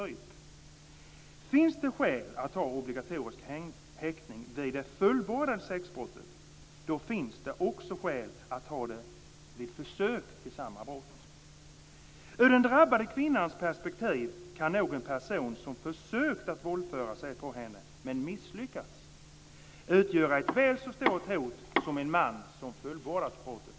Om det finns skäl att ha obligatorisk häktning vid det fullbordade sexbrottet finns det också skäl att ha det vid försök till samma brott. Ur den drabbade kvinnans perspektiv kan nog en person som har försökt våldföra sig på henne men misslyckats utgöra ett väl så stort hot som en man som har fullbordat brottet.